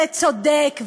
זה צודק,